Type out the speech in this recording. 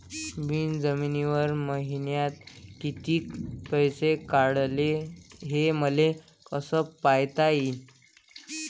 मिन जनवरी मईन्यात कितीक पैसे काढले, हे मले कस पायता येईन?